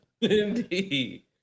Indeed